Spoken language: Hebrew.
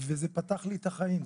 וזה פתח לי את החיים.